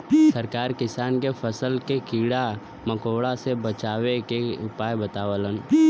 सरकार किसान के फसल के कीड़ा मकोड़ा से बचावे के उपाय बतावलन